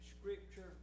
scripture